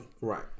right